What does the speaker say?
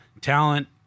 talent